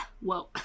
Whoa